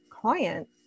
client